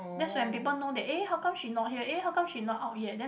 that's when people know that eh how come she not here eh how come she not out yet then